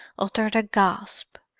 uttered a gasp,